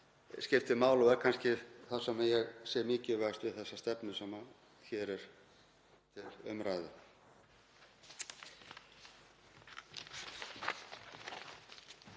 skiptir máli og er kannski það sem ég sé mikilvægast við þessa stefnu sem hér er til umræðu.